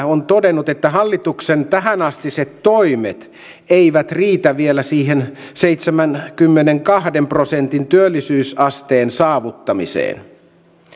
on todennut että hallituksen tähänastiset toimet eivät riitä vielä siihen seitsemänkymmenenkahden prosentin työllisyysasteen saavuttamiseen